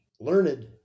learned